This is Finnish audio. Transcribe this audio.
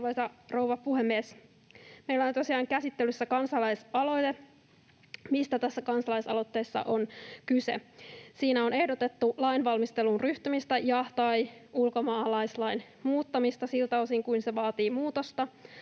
Meillä on tosiaan käsittelyssä kansalaisaloite, ja mistä tässä kansalaisaloitteessa on kyse? Siinä on ehdotettu lainvalmisteluun ryhtymistä ja/tai ulkomaalaislain muuttamista siltä osin kuin se vaatii muutosta,